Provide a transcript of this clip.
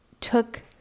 took